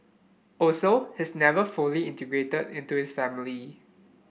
also he's never fully integrated into his family